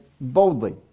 boldly